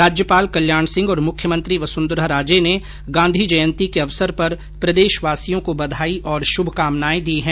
राज्यपाल कल्याण सिंह और मुख्यमंत्री वसुंधरा राजे ने गांधी जयंती के अवसर पर प्रदेशवासियों को बधाई और श्भकामनाएं दी है